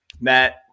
Matt